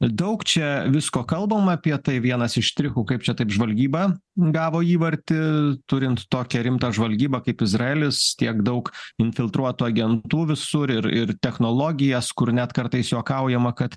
daug čia visko kalbam apie tai vienas iš štrichų kaip čia taip žvalgyba gavo įvartį turint tokią rimtą žvalgybą kaip izraelis tiek daug infiltruotų agentų visur ir ir technologijas kur net kartais juokaujama kad